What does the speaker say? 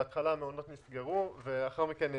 בהתחלה המעונות נסגרו ולאחר מכן,